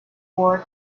poor